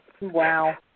Wow